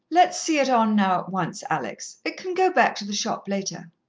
let's see it on now at once, alex. it can go back to the shop later.